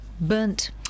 Burnt